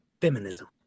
feminism